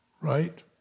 right